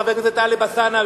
חבר הכנסת טלב אלסאנע,